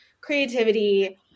creativity